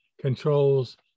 controls